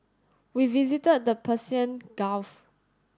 we visited the Persian Gulf